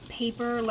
paper